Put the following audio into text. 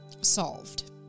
solved